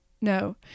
no